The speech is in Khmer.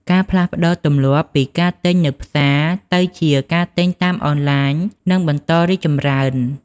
ការផ្លាស់ប្តូរទម្លាប់ពីការទិញនៅផ្សារទៅជាការទិញតាមអនឡាញនឹងបន្តរីកចម្រើន។